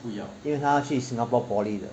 因为他要去 singapore poly 的